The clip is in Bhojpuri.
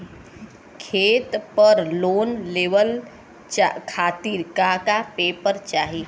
खेत पर लोन लेवल खातिर का का पेपर चाही?